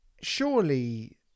surely